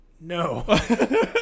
No